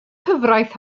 cyfraith